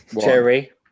cherry